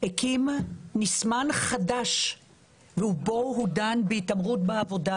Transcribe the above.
הקים מסמך חדש ובו הוא דן בהתעמרות בעבודה